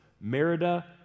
Merida